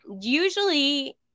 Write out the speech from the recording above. usually